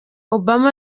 obama